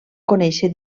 conèixer